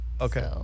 Okay